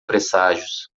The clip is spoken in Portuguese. presságios